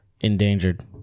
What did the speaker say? endangered